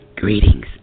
Greetings